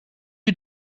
you